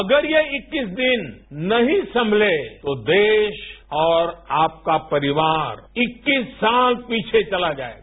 अगर ये इक्कीस दिन नहीं संगले तो देश और आपका परिवार इक्कीस साल पीछे चला जाएगा